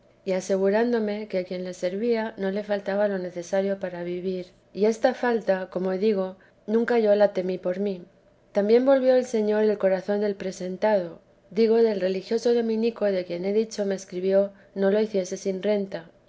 y asegurándome que a quien le servía no le faltaba lo necesario para vivir y esta falta como digo nunca yo la temi por mí también volvió el señor el corazón del presentado digo del religioso dominico de quien he dicho me escribió no lo hiciese sin renta